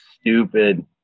stupid